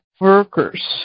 workers